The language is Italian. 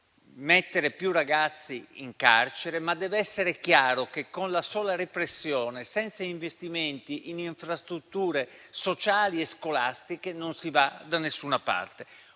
mettere più ragazzi in carcere, ma deve essere chiaro che con la sola repressione, senza investimenti in infrastrutture sociali e scolastiche, non si va da nessuna parte.